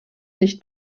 nicht